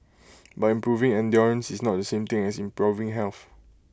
but improving endurance is not the same thing as improving health